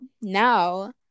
Now